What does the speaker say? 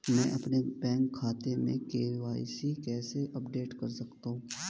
मैं अपने बैंक खाते में के.वाई.सी कैसे अपडेट कर सकता हूँ?